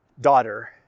daughter